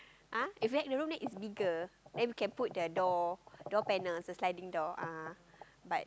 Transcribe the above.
!huh! if hack the room then is bigger then we can put the door door panel the sliding door ah but